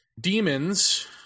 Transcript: demons